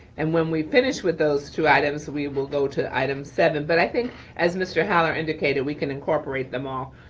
and when we finished with those two items, we will go to item seven. but i think as mr. holler indicated, we can incorporate them all,